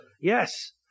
Yes